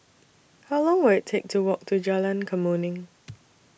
How Long Will IT Take to Walk to Jalan Kemuning